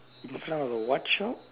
in front of a what shop